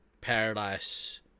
Paradise